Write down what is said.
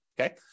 Okay